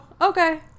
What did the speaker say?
okay